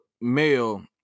male